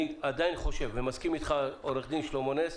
אני עדיין חושב ומסכים איתך, עו"ד שלמה נס,